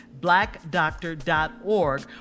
blackdoctor.org